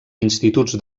instituts